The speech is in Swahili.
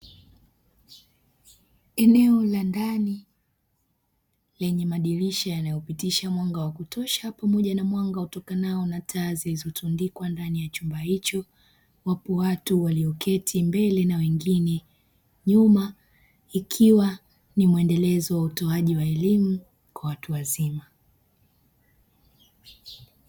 Eneo la ndani lenye madirisha yanayopitisha mwanga wa kutosha pamoja na taa zinazopitisha madirisha yenye taa hizo wapo watu walioketi mbele na wengine nyuma ikiwa ni utoaji wa elimu kwa watu wazima.